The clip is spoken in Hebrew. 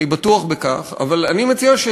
וחשובים,